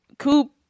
Coop